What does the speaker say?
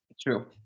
True